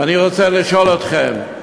ואני רוצה לשאול אתכם,